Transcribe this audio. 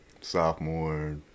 sophomore